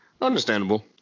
understandable